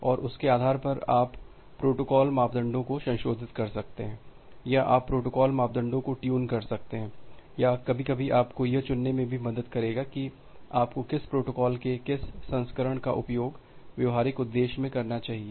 और उसके आधार पर आप प्रोटोकॉल मापदंडों को संशोधित कर सकते हैं या आप प्रोटोकॉल मापदंडों को ट्यून कर सकते हैं या कभी कभी आपको यह चुनने में भी मदद करेगा कि आपको किस प्रोटोकोल के किस संस्करण का उपयोग व्यावहारिक उद्देश्य में करना चाहिए